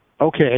Okay